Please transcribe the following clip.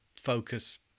focus